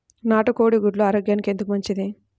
నాటు కోడి గుడ్లు ఆరోగ్యానికి ఎందుకు మంచిది?